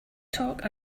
talk